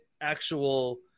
actual